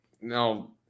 no